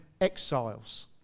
exiles